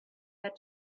had